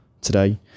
today